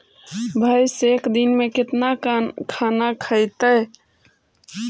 भैंस एक दिन में केतना खाना खैतई?